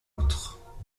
autre